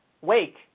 wake